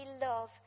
love